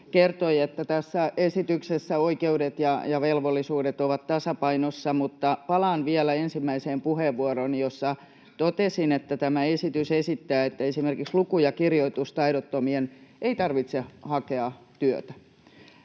kertoi, että tässä esityksessä oikeudet ja velvollisuudet ovat tasapainossa. Mutta palaan vielä ensimmäiseen puheenvuorooni, jossa totesin, että tämä esitys esittää, että esimerkiksi luku- ja kirjoitustaidottomien ei tarvitse hakea työtä.